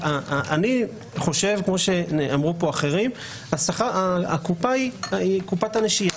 אני חושב כמו שאמרו אחרים, הקופה היא קופת הנושים.